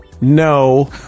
No